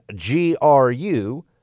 GRU